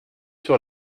sur